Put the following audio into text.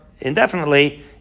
indefinitely